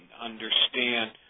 understand